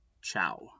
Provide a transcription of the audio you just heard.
Ciao